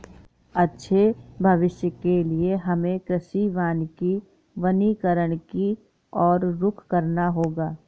अच्छे भविष्य के लिए हमें कृषि वानिकी वनीकरण की और रुख करना होगा